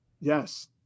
Yes